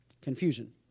Confusion